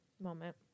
moment